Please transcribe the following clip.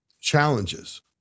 challenges